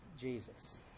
Jesus